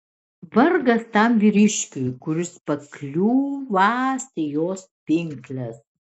vargas tam vyriškiui kuris pakliūvąs į jos pinkles